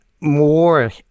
more